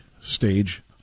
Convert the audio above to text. stage